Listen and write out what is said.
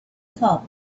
top